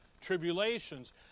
tribulations